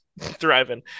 Thriving